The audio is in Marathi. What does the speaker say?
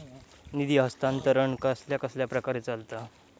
निधी हस्तांतरण कसल्या कसल्या प्रकारे चलता?